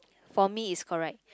for me is correct